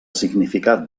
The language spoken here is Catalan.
significat